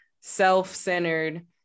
self-centered